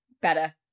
better